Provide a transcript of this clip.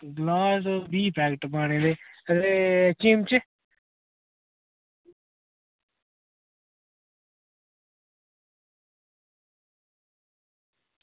गलास बीह् पैकेट पाने ते चिम्मच